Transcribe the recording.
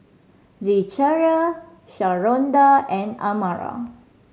Zechariah Sharonda and Amara